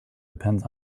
depends